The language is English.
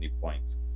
points